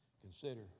consider